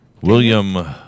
William